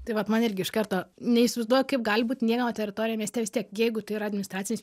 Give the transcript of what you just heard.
tai vat man irgi iš karto neįsivaizduoju kaip gali būt niekieno teritorija mieste vis tiek jeigu tai yra administracijos